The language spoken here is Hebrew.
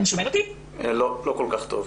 אנחנו שומעים אותך לא כל כך טוב.